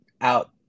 out